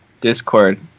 Discord